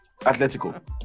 atletico